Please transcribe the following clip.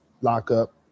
lockup